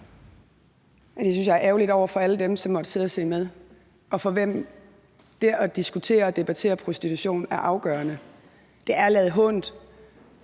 Det synes jeg er ærgerligt for alle dem, der måtte sidde og set med, og for hvem det at diskutere og debattere prostitution er afgørende. Det er at lade